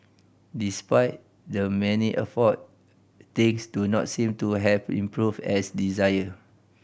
despite the many effort things do not seem to have improved as desired